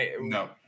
No